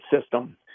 system